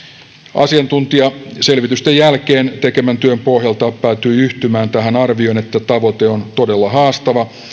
asiantuntijaselvitysten jälkeen tekemänsä työn pohjalta päätyi yhtymään tähän arvioon että tavoite on todella haastava